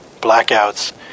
blackouts